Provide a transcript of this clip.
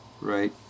right